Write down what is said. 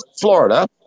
Florida